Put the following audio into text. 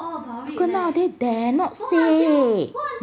cause nowadays dare not say